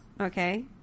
Okay